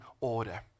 order